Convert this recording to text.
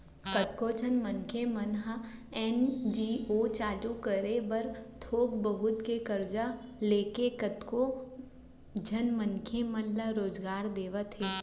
कतको झन मनखे मन ह एन.जी.ओ चालू करे बर थोक बहुत के करजा लेके कतको झन मनसे मन ल रोजगार देवत हे